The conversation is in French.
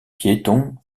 piéton